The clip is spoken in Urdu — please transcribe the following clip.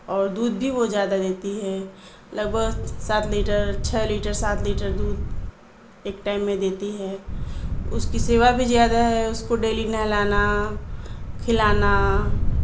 اور دودھ بھی وہ زیادہ دیتی ہے لگ بھگ سات لیٹر چھ لیٹر سات لیٹر دودھ ایک ٹائم میں دیتی ہے اس کی سیوا بھی زیادہ ہے اس کو ڈیلی نہلانا کھلانا